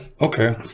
okay